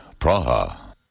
Praha